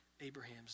Abraham's